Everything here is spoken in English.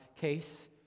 case